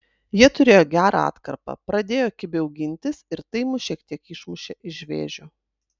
jie turėjo gerą atkarpą pradėjo kibiau gintis ir tai mus šiek tiek išmušė iš vėžių